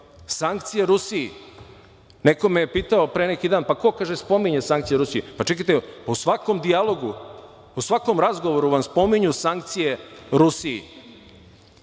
godine. Sankcije Rusiji. Neko me je pitao pre neki dan – ko, kaže, spominje sankcije Rusiji? Čekajte, u svakom dijalogu, u svakom razgovoru vam spominju sankcije Rusiji.